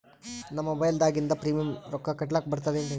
ನಮ್ಮ ಮೊಬೈಲದಾಗಿಂದ ತಿಂಗಳ ಪ್ರೀಮಿಯಂ ರೊಕ್ಕ ಕಟ್ಲಕ್ಕ ಬರ್ತದೇನ್ರಿ?